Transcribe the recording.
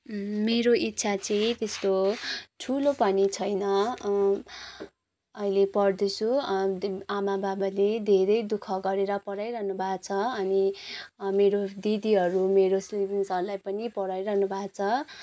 मेरो इच्छा चाहिँ त्यस्तो ठुलो पनि छैन अहिले पढ्दैछु आमा बाबाले धेरै दुखः गरेर पढाइरहनु भएको छ अनि मेरो दिदीहरू मेरो सिब्लिङ्सहरूलाई पनि पढाइरहनु भएको छ